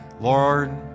Lord